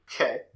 Okay